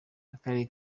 akarere